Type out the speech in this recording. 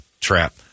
trap